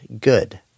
good